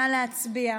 נא להצביע.